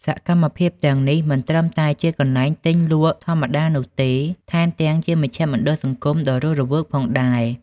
សកម្មភាពទាំងនេះមិនត្រឹមតែជាកន្លែងទិញលក់ធម្មតានោះទេ ថែមទាំងជាមជ្ឈមណ្ឌលសង្គមដ៏រស់រវើកផងដែរ។